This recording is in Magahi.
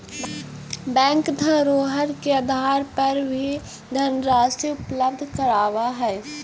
बैंक धरोहर के आधार पर भी धनराशि उपलब्ध करावऽ हइ